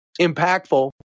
impactful